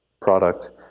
product